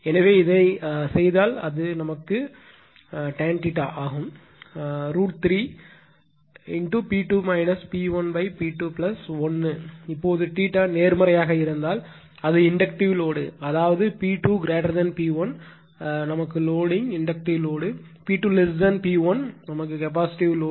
எனவே இதை செய்தால் அது பழுப்பு tan √ 3 P2 P1 P2 1 இப்போது நேர்மறையாக இருந்தால் அது இண்டக்ட்டிவ் லோடு அதாவது P2 P1 loading inductive load P2 P1 capacitive load